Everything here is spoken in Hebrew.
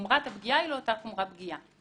חומרת הפגיעה היא לא אותה חומרת פגיעה.